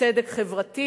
וצדק חברתי.